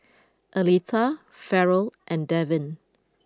Aletha Farrell and Devyn